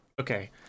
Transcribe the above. Okay